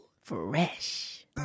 Fresh